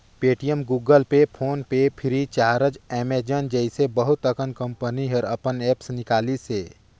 Paytm, Google pay, PhonePe free, charge, Amazon जइसे बहुत अकन कंपनी हर अपन ऐप्स निकालिसे